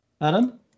Adam